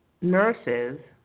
nurses